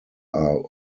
are